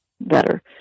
better